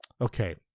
okay